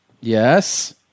Yes